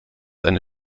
eine